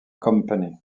company